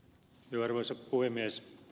arvoisa puhemies